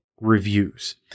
reviews